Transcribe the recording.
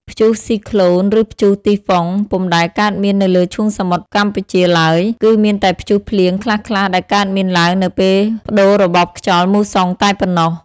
ព្យុះស៊ីក្លូន ឬព្យុះទីហ្វុង ពុំដែលកើតមាននៅលើឈូងសមុទ្រកម្ពុជាឡើយ គឺមានតែព្យុះភ្លៀងខ្លះៗ ដែលកើតមានឡើងនៅពេលប្តូររបបខ្យល់មូសុងតែប៉ុណ្ណោះ។